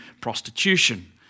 prostitution